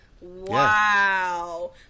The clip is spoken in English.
Wow